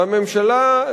והממשלה,